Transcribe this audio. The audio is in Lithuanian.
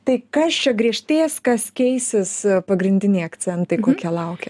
tai kas čia griežtės kas keisis pagrindiniai akcentai kokie laukia